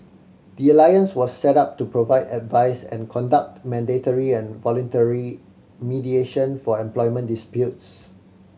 the alliance was set up to provide advice and conduct mandatory and voluntary mediation for employment disputes